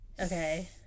Okay